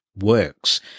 works